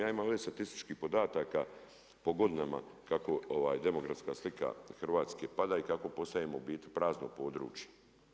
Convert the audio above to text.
Ja imam ovdje statističkih podataka po godinama kako demografska slika Hrvatske pada i kako postajemo u biti prazno područje.